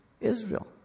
Israel